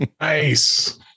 Nice